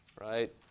right